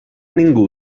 ningú